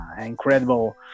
incredible